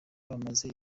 bamaze